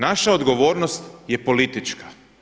Naša odgovornost je politička.